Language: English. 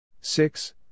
Six